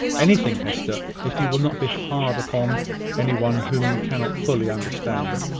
anything, hester, if you will not be hard upon any one whom you cannot fully understand.